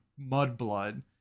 mudblood